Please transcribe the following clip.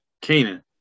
Keenan